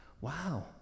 wow